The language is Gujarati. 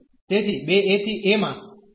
તેથી 2 a થી a માં